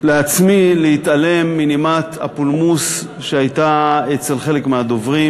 לעצמי להתעלם מנימת הפולמוס שהייתה אצל חלק מהדוברים.